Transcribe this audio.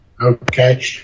okay